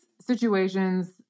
situations